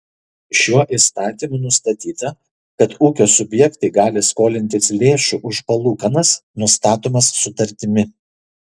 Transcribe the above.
šiuo įstatymu nustatyta kad ūkio subjektai gali skolintis lėšų už palūkanas nustatomas sutartimi